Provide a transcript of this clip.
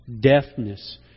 deafness